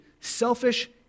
selfish